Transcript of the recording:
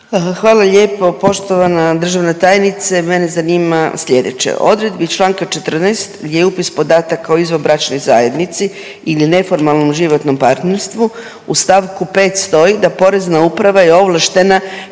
Hvala lijepo. Poštovana državna tajnice, mene zanima slijedeće. Odredbi čl. 14. gdje je upis podataka o izvanbračnoj zajednici ili neformalnom životnom partnerstvu, u st. 5 stoji da Porezna uprava je ovlaštena